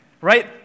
Right